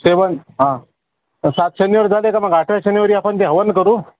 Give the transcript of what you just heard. सेवन हां सात शनिवार झाले का मग आठव्या शनिवारी आपण ते हवन करू